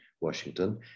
Washington